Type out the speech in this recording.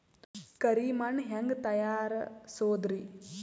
ಕರಿ ಮಣ್ ಹೆಂಗ್ ತಯಾರಸೋದರಿ?